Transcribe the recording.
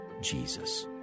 Jesus